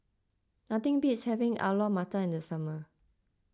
nothing beats having Alu Matar in the summer